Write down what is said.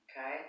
okay